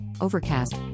Overcast